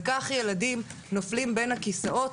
וכך ילדים נופלים בין הכיסאות,